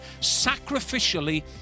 sacrificially